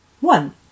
one